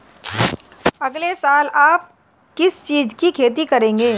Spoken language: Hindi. अगले साल आप किस चीज की खेती करेंगे?